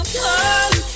come